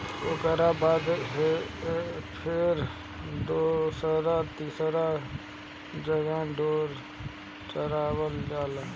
ओकरा बाद फेर दोसर तीसर जगह ढोर चरावल जाला